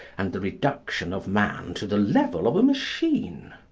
and the reduction of man to the level of a machine.